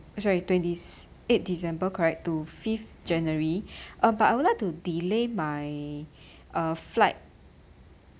sorry twenty s~ eight december correct to fifth january uh but I would like to delay uh my flight